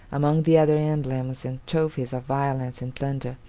among the other emblems and trophies of violence and plunder,